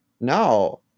No